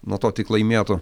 nuo to tik laimėtų